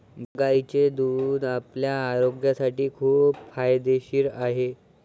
गायीचे दूध आपल्या आरोग्यासाठी खूप फायदेशीर आहे